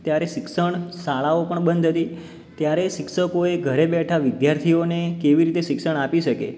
ત્યારે શિક્ષણ શાળાઓ પણ બંધ હતી ત્યારે શિક્ષકોએ ઘરે બેઠા વિદ્યાર્થીઓને કેવી રીતે શિક્ષણ આપી શકે